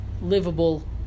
livable